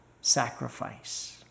sacrifice